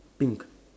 pink